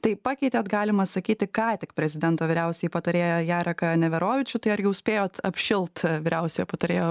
tai pakeitėt galima sakyti ką tik prezidento vyriausiąjį patarėją jareką neverovičių tai ar jau spėjot apšilt vyriausiojo patarėjo